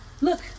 Look